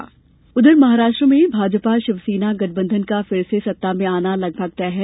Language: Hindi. विस च्नाव उधर महाराष्ट्र में भाजपा शिवसेना गठबंधन का फिर से सत्ता में आना लगभग तय है